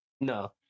No